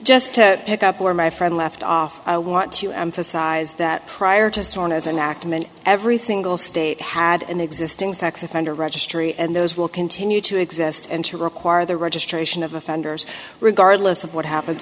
just to pick up where my friend left off i want to emphasize that prior to song as an act meant every single state had an existing sex offender registry and those will continue to exist and to require the registration of offenders regardless of what happen